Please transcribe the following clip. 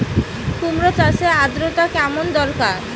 কুমড়ো চাষের আর্দ্রতা কেমন দরকার?